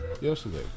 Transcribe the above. Yesterday